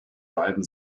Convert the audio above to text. beiden